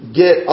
get